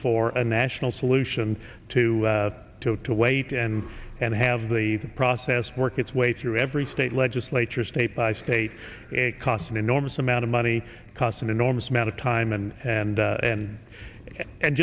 for a national solution to to to wait and and have the process work its way through every state legislature state by state it costs an enormous amount of money it costs an enormous amount of time and and and and